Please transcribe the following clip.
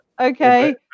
Okay